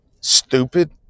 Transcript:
stupid